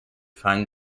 find